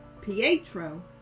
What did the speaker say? Pietro